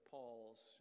Paul's